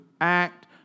act